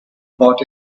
bought